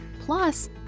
plus